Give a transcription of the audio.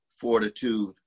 fortitude